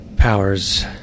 powers